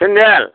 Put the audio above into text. सेनदेल